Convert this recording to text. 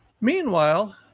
Meanwhile